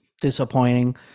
disappointing